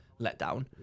letdown